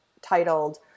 titled